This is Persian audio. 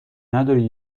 نداری